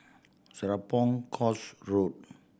Serapong Course Road